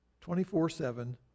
24-7